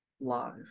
live